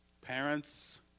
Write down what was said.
parents